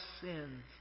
sins